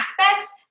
aspects